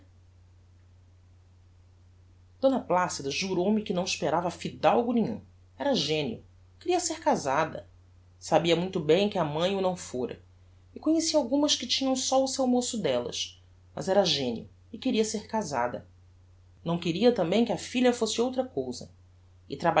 d placida jurou me que não esperava fidalgo nenhum era genio queria ser casada sabia muito bem que a mãe o não fôra e conhecia algumas que tinham só o seu moço dellas mas era genio e queria ser casada não queria tambem que a filha fosse outra cousa